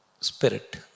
spirit